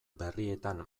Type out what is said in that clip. berrietan